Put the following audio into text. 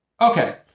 Okay